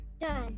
done